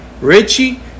Richie